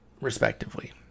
respectively